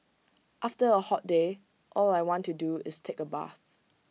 after A hot day all I want to do is take A bath